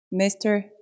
Mr